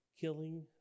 killing